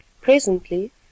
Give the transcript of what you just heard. Presently